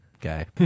guy